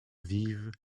vive